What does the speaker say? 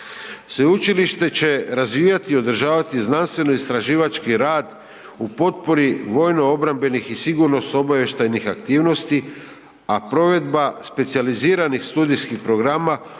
Sveučilište će razvijati i održavati znanstveno-istraživački rad u potpori vojno-obrambenih i sigurnosno-obavještajnih aktivnosti, a provedba specijaliziranih studijskih programa